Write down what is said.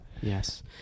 Yes